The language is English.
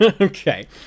Okay